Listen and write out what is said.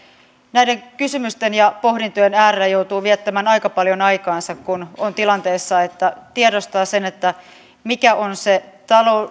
näiden kysymysten ja pohdintojen äärellä joutuu viettämään aika paljon aikaansa kun on tilanteessa että tiedostaa sen mikä on se